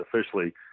officially –